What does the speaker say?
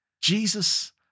Jesus